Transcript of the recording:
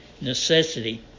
necessity